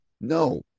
no